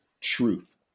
truth